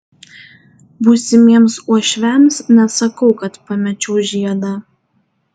būsimiems uošviams nesakau kad pamečiau žiedą